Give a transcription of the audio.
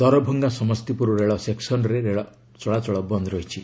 ଦରଭଙ୍ଗା ସମସ୍ତିପୁର ରେଳ ସେକ୍ସନ୍ରେ ଟ୍ରେନ୍ ଚଳାଚଳ ବନ୍ଦ ରହିଛି